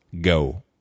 go